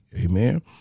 Amen